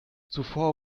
zuvor